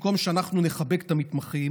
במקום שאנחנו נחבק את המתמחים,